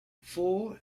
fall